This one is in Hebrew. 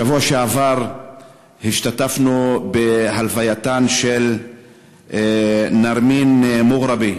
בשבוע שעבר השתתפנו בהלווייתם של נארימאן מוגרבי